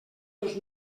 dos